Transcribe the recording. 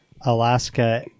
Alaska